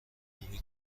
مومی